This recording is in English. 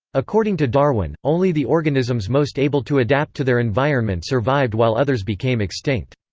according to darwin, only the organisms most able to adapt to their environment survived while others became extinct.